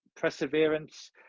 perseverance